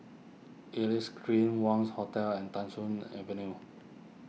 Elias Green Wangz Hotel and Thong Soon Avenue